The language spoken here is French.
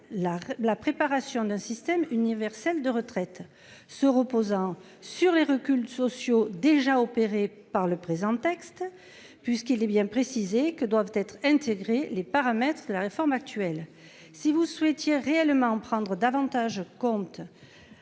la préparation d'un système universel de retraite se reposant sur les reculs sociaux déjà opéré par le présent texte puisqu'il est bien précisé que doivent être intégrées les paramètres de la réforme actuelle si vous souhaitiez réellement prendre davantage compte.